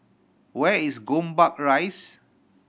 where is Gombak Rise